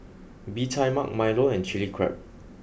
Bee Tai Mak Milo and Chili Crab